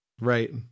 Right